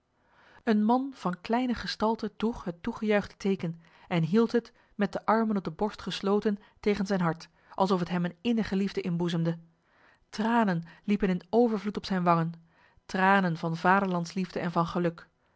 een man van kleine gestalte droeg het toegejuichte teken en hield het met de armen op de borst gesloten tegen zijn hart alsof het hem een innige liefde inboezemde tranen liepen in overvloed op zijn wangen tranen van vaderlandsliefde en van geluk